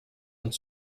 und